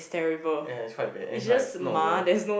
yeah it's quite bad it's like not worth